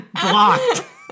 Blocked